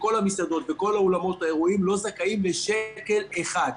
שכל המסעדות וכל אולמות האירועים לא זכאים לשקל אחד.